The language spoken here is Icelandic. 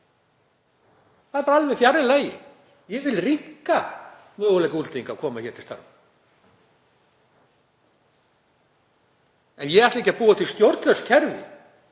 Það er alveg fjarri lagi. Ég vil rýmka möguleika útlendinga til að koma hér til starfa. En ég ætla ekki að búa til stjórnlaust kerfi